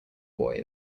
boy